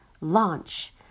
launch